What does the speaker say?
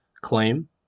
claim